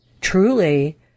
truly